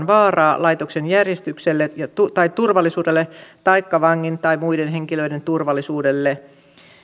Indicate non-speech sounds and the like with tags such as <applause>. <unintelligible> vaaraa laitoksen järjestykselle tai turvallisuudelle taikka vangin tai muiden henkilöiden turvallisuudelle